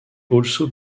also